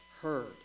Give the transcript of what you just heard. heard